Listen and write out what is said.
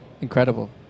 incredible